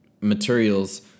materials